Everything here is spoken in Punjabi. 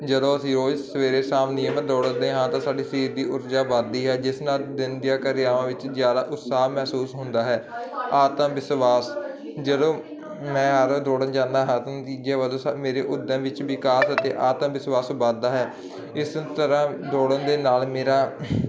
ਜਦੋਂ ਅਸੀਂ ਰੋਜ਼ ਸਵੇਰੇ ਸ਼ਾਮ ਨਿਯਮਿਤ ਦੌੜਦੇ ਹਾਂ ਤਾਂ ਸਾਡੀ ਸਰੀਰ ਦੀ ਊਰਜਾ ਵੱਧਦੀ ਹੈ ਜਿਸ ਨਾਲ ਦਿਨ ਦੀਆਂ ਕਿਰਿਆਵਾਂ ਵਿੱਚ ਜ਼ਿਆਦਾ ਉਤਸਾਹ ਮਹਿਸੂਸ ਹੁੰਦਾ ਹੈ ਆਤਮ ਵਿਸ਼ਵਾਸ ਜਦੋਂ ਮੈਂ ਹਰ ਰੋਜ਼ ਦੌੜਨ ਜਾਂਦਾ ਹਾਂ ਤਾਂ ਨਤੀਜੇ ਵਜੋਂ ਸਾ ਮੇਰੇ ਉੱਦਮ ਵਿੱਚ ਵਿਕਾਸ ਅਤੇ ਆਤਮ ਵਿਸ਼ਵਾਸ ਵੱਧਦਾ ਹੈ ਇਸ ਤਰ੍ਹਾਂ ਦੌੜਨ ਦੇ ਨਾਲ ਮੇਰਾ